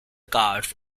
cars